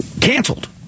canceled